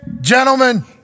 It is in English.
gentlemen